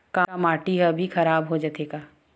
का माटी ह भी खराब हो जाथे का?